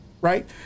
right